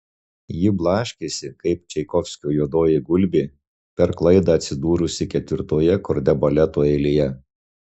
ji blaškėsi kaip čaikovskio juodoji gulbė per klaidą atsidūrusi ketvirtoje kordebaleto eilėje